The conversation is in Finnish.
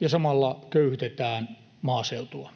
ja samalla köyhdytetään maaseutua.